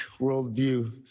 worldview